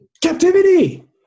Captivity